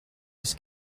his